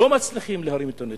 לא מצליחים להרים את הנטל.